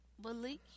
believe